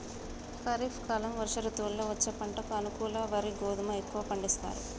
ఖరీఫ్ కాలం వర్ష ఋతువుల్లో వచ్చే పంటకు అనుకూలం వరి గోధుమ ఎక్కువ పండిస్తారట